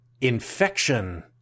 Infection